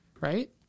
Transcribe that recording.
Right